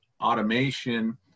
automation